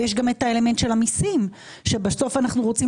יש גם את האלמנט של המיסים שבסוף אנחנו רוצים